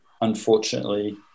unfortunately